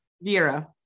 Vera